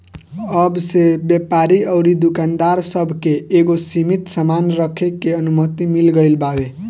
अब से व्यापारी अउरी दुकानदार सब के एगो सीमित सामान रखे के अनुमति मिल गईल बावे